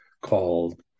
called